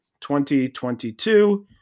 2022